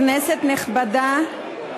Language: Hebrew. כנסת נכבדה,